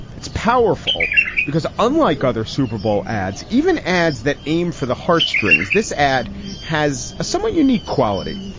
it's powerful because unlike other super bowl ads, even ads that aim for the heartstrings, this ad has a somewhat unique quality.